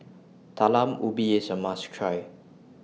Talam Ubi IS A must Try